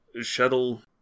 shuttle